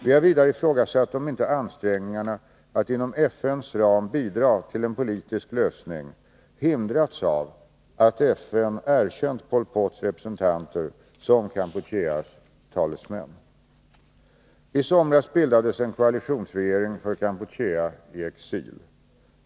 Vi har vidare ifrågasatt om inte ansträngningarna att inom FN:s ram bidra till en politisk lösning hindrats av att FN erkänt Pol Pots representanter som Kampucheas talesmän. I somras bildades en koalitionsregering för Kampuchea i exil.